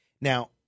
Now